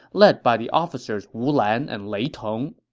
led by the officers wu lan and lei tong.